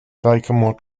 sycamore